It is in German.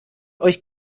euch